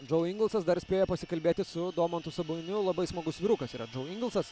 džo ingelsas dar spėja pasikalbėti su domantu saboniu labai smagus vyrukas yra džo ingelsas